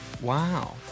wow